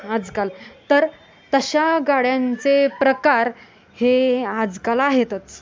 आजकाल तर तशा गाड्यांचे प्रकार हे आजकाल आहेतच